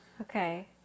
okay